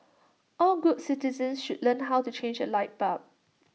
all good citizens should learn how to change A light bulb